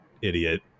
idiot